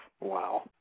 Wow